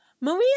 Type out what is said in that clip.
maria